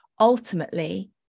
ultimately